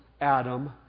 Adam